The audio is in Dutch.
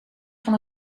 van